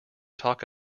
talk